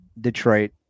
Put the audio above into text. Detroit